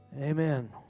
Amen